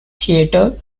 theatre